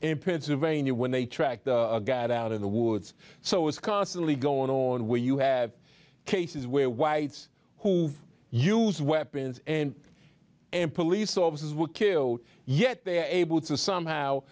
in pennsylvania when they tracked the god out of the woods so it was constantly going on when you have cases where whites who use weapons and and police officers were killed yet they are able to somehow